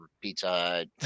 pizza